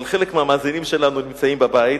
אבל חלק מהמאזינים שלנו נמצאים בבית